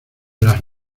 las